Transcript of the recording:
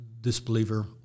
disbeliever